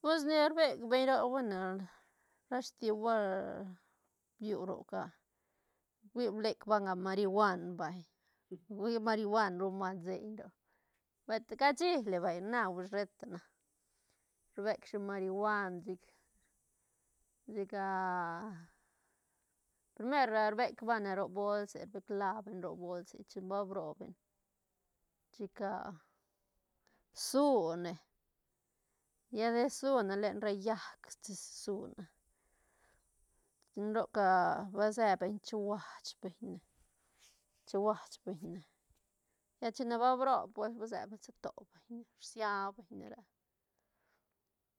Pues ni rbec beñ roc bueno ra stihua biu roc ah hui blec banga marihuan vay hui marihuan ruñ banga seiñ roc pet cashi li vay na sheta na rbecshi marihuan chic- chic primer rbec banga ne ro bolse te clab ro bolse chin ba brob ene chic sune lla de sune len ra llaäc sune den roc ba sebeñ se chehuas beñ ne chehuas beñ ne lla chine ba brobne pues va se beñ se to beñ ne rsia beñ nera